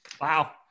Wow